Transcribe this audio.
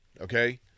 okay